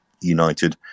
united